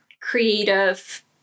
creative